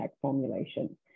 formulation